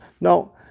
No